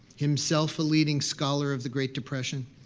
himself a leading scholar of the great depression,